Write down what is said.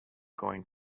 going